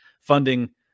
funding